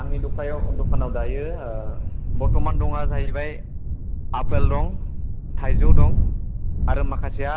आंनि दखानाव दायो बर्त'मान दङआ जाहैबाय आपेल दं थाइजौ दं आरो माखासेआ